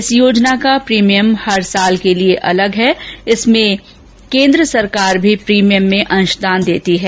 इस योजना का प्रिमियम हर साल के लिए अलग है इसमें केन्द्र सरकार भी प्रिमियमें में अंशदान देती है